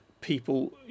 people